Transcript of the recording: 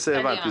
הבנתי.